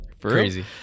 crazy